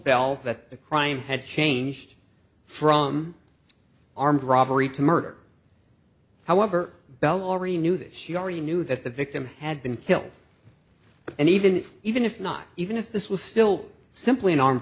belle's that the crime had changed from armed robbery to murder however belle already knew that she already knew that the victim had been killed and even if even if not even if this was still simply an armed